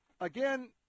again